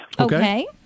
Okay